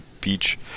beach